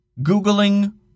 Googling